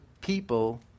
people